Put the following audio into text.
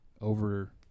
over